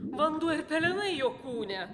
vanduo ir pelenai jo kūne